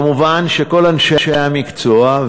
מובן שכל אנשי המקצוע,